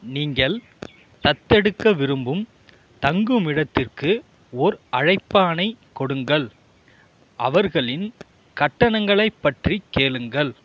நீங்கள் தத்தெடுக்க விரும்பும் தங்குமிடத்திற்கு ஓர் அழைப்பானை கொடுங்கள் அவர்களின் கட்டணங்களை பற்றிக் கேளுங்கள்